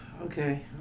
Okay